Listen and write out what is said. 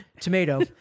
tomato